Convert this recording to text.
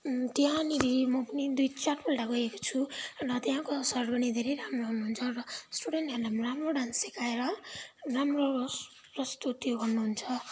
त्यहाँनिर म पनि दुई चारपल्ट गएको छु र त्यहाँको सर पनि धेरै राम्रो हुनुहुन्छ स्टुडेन्टहरूलाई पनि राम्रो डान्स सिकाएर राम्रो प्रस्तुति गर्नुहुन्छ